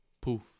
poof